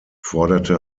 forderte